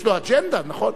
יש לו אג'נדה, נכון?